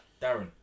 Darren